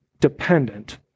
dependent